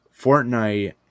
Fortnite